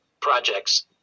projects